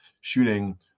shooting